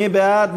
מי בעד?